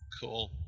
Cool